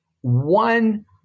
one